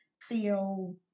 feel